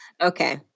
Okay